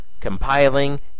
compiling